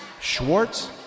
Schwartz